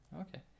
okay